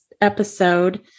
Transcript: episode